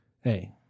Hey